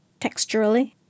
Texturally